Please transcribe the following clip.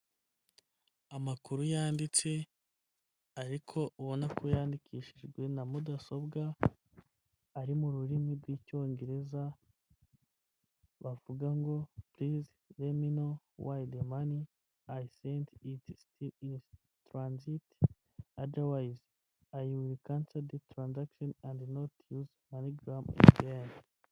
Amakuru yanditse ariko ubona ko yandikishijwe na mudasobwa ari mu rurimi rw'icyongereza bavuga ngo”please let me know why the money I sent it’s still in transit. otherwise,I will cancel the transaction and not use MoneyGram again.”.